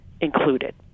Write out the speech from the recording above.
included